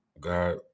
God